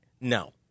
No